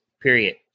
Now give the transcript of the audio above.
period